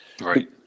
right